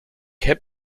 heb